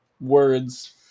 words